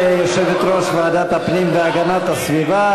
תודה ליושבת-ראש ועדת הפנים והגנת הסביבה,